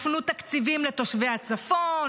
הופנו תקציבים לתושבי הצפון,